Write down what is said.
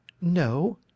No